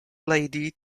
lady